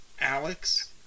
Alex